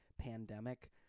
pandemic